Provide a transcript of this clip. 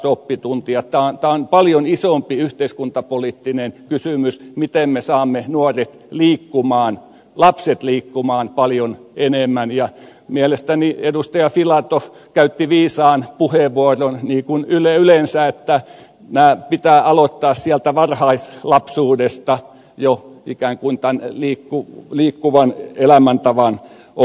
tämä on paljon isompi yhteiskuntapoliittinen kysymys miten me saamme nuoret liikkumaan lapset liikkumaan paljon enemmän ja mielestäni edustaja filatov käytti viisaan puheenvuoron niin kuin yleensä että nämä pitää aloittaa sieltä varhaislapsuudesta jo tämän liikkuvan elämäntavan oppiminen